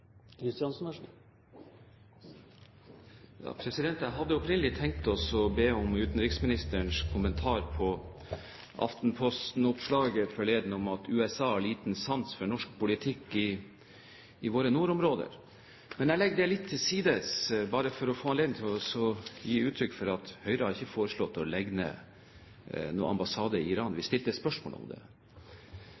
Jeg hadde opprinnelig tenkt å be om utenriksministerens kommentar til Aftenposten-oppslaget forleden om at USA har liten sans for norsk politikk i våre nordområder. Men jeg legger det litt til side, bare for å få anledning til å gi uttrykk for at Høyre ikke har foreslått å legge ned vår ambassade i Iran. Vi